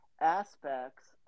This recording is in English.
aspects